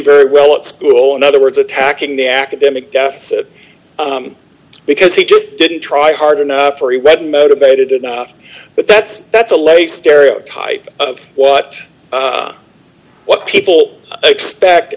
very well at school in other words attacking the academic deficit because he just didn't try hard enough or he read motivated enough but that's that's a lead a stereotype of what what people expect